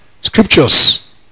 scriptures